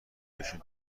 بشین